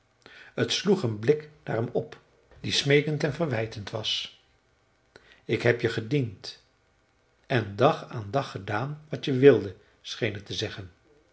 het sloeg een blik naar hem op die smeekend en verwijtend was ik heb je gediend en dag aan dag gedaan wat je wilde scheen het te zeggen